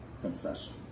confession